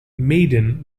maiden